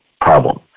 problem